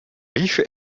riche